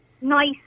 nice